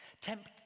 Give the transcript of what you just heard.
Tempt